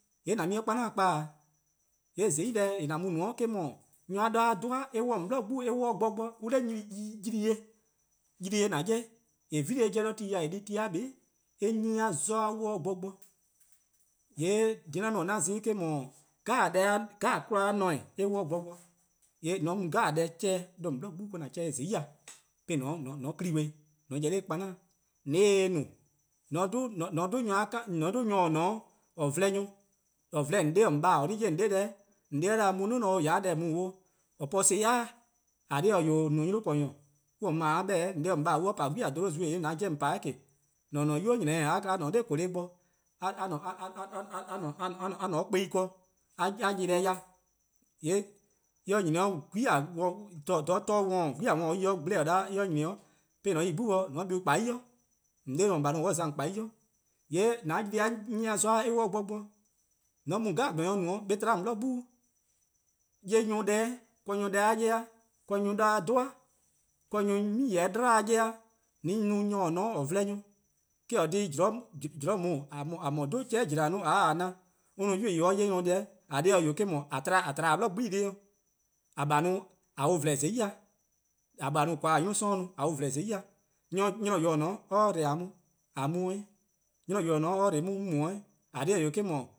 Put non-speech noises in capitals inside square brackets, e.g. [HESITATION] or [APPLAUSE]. :Yee' :an mu-ih 'de :zorn :kpa :e? :yee' :zai' :deh :an mu-a no-' eh 'dhu nyor+-a deh-' 'ye-eh eh 'wluh 'de :on 'bli :gbu, eh 'wluh 'de :gbor bo, [HESITATION] on 'da ylee: ylee: :an 'ye-a :eh 'vile eh 'jeh 'de tu ya eh 'di-a tu-a 'buo+ eh nyne-a zon-a 'wluh-a 'de gbor bo, :yee' deh :eh :korn-a dhih 'de 'an no-a 'o 'an za-ih eh-: 'dhu, [HESITATION] 'kmo 'jeh-a :ne-eh: eh 'wluh 'de gbor bo, :yee' :mor :an mu deh 'jeh chean' 'de :on 'bli 'gbu 'de :an chean'-dih-eh :zai', 'de [HESITATION] :on 'ye 'kpa+-' 'kpa 'de :on 'ye-eh nor 'zorn :ya, :mor :on se-eh no, [HESITATION] :mor :on 'dhu nyor-a :or :ne-a :or 'vlehn-a nyor+, :or vlehn-a :on 'de-: 'dekorn: :on :baa'-:, :mor :on 'de 'da mu 'nior 'o :ya 'de deh :daa 'o :or po-a son+ yai'-dih, :eh :korn dhih-eh :on no 'nynor :korn :nyor, on-: mor-: a 'beh-dih-' :mor :on 'de-: :on :baa'-: 'gwie' dholo-' zuee :yee' :an yor-eh :on pa :ke, :mor-: :an-a' :nynuu:-nynor:-kpao+-: a :ne 'de 'konao [HESITATION] a :ne 'o kpei' ken, :a 'ye-dih ya, :yee' :mor ti nyni 'on 'gwie: yluh bo 'do :dha 'gwie::we-eh-: 'dekorn: glu-we-eh-: en 'yi-a :gble-dih: 'da :mor eh 'yi 'o nyni 'da 'de 'jeh :an 'yi 'gbu bo :an bla-uh kpaa'+ worn 'i, :on 'be'i-: :on :baa' 'i-: an za :on kpaa' 'i, :yee' [HESITATION] :an-a' 'nyne-a' zon+-a' 'wluh 'de gbor bo, :mor :an mu nyor 'jeh no-' 'nyi eh tba 'de :on 'gbu dih, 'ye nyor+ deh-', 'ble nyor+ deh-' 'ye-eh, 'ble nyor+-a 'dhu-a', :korn nyor+ 'mi-eh 'dlu 'ye-eh:, :an no-' nyor :on :ne-a 'o oor vlehn-a nyor+, eh-: :korn: dhih [HESITATION] zean' :daa [HESITATION] :a :mor :or 'dhu-a 'chehi' :jela: 'i :mor :a :taa na an no 'yuyu: :daa or 'ye nyor+-' deh, :eh :korn dhih :eh? [HESITATION] :a tba 'de :a 'bli 'gbu+ deh+-dih, :a :bai' :a se-uh :vlehn :zai' :dee, :a :bai' :on :korn-a 'nynor+ 'sororn :a se-uh vlehn :zai' :dee, [HESITATION] 'nynor :yor :dao' :mor or dbo-a on :a mu 'de 'weh, 'nynor :yor :dao' :mor or dbo 'on 'on mu 'de 'weh, :eh :korn dhih :eh, eh :mor, '